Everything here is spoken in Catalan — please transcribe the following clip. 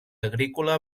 agrícola